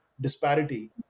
disparity